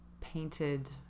painted